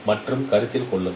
மற்று கருத்தில் கொள்ளுங்கள்